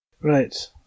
Right